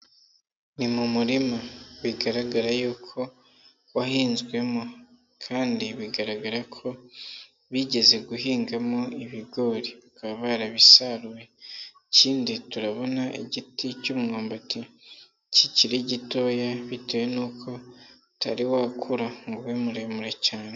Ni mu murima bigaragara yuko wahinzwemo kandi bigaragara ko bigeze guhingamo ibigori bakaba yarabisaruye. Ikindi turabona igiti cy'umwambati kikiri gitoya bitewe nuko utari wakura ngo ube muremure cyane.